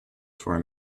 form